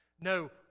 No